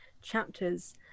chapters